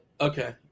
Okay